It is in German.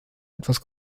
etwas